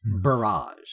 barrage